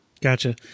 Gotcha